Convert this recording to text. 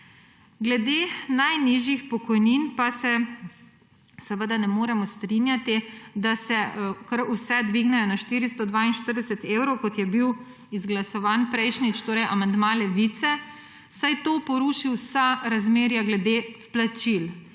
Glede najnižjih pokojnin pa se seveda ne moremo strinjati, da se kar vse dvignejo na 442 evrov, kot je bil izglasovan prejšnjič amandma Levice, saj to poruši vsa razmerja glede vplačil.